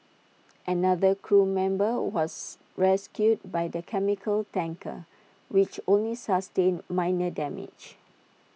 another crew member was rescued by the chemical tanker which only sustained minor damage